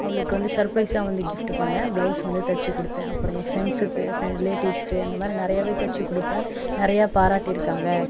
அவளுக்கு வந்து சர்ப்ரைஸாக வந்து கிஃப்ட் பண்னேன் பிளவுஸ் வந்து தைத்துக்குடுத்தேன் அப்புறம் என் ஃபிரெண்ட்ஸ்க்கு ரிலேட்டிவ்ஸ்க்கு அந்தமாதிரி நிறையவே தைத்துக்குடுப்பேன் நிறைய பாராட்டியிருக்காங்க